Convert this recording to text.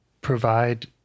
provide